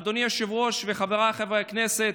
אדוני היושב-ראש, חבריי חברי הכנסת,